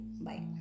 Bye